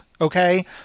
Okay